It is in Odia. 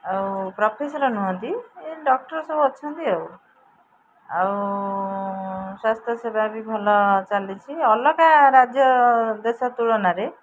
ଆଉ ପ୍ରଫେସର୍ ନୁହନ୍ତି ଏ ଡକ୍ଟର ସବୁ ଅଛନ୍ତି ଆଉ ଆଉ ସ୍ୱାସ୍ଥ୍ୟ ସେବା ବି ଭଲ ଚାଲିଛି ଅଲଗା ରାଜ୍ୟ ଦେଶ ତୁଳନାରେ